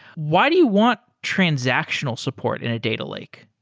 why do you want transactional support in a data lake?